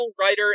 writer